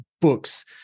books